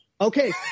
okay